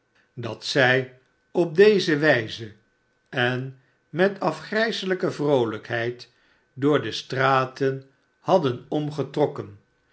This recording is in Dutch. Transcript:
dat zij op deze wijze en met afgrijselijke vroolijkheid door de straten hadden